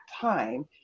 time